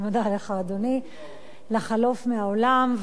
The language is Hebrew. לחלוף מהעולם.